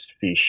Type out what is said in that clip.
fish